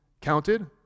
counted